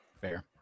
Fair